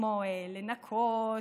כמו לנקות,